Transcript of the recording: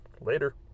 Later